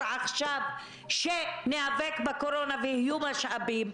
עכשיו שניאבק בקורונה ויהיו משאבים,